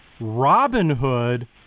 Robinhood